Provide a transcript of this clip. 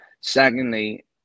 Secondly